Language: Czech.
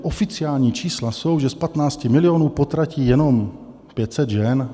Oficiální čísla jsou, že z 15 milionů potratí jenom 500 žen.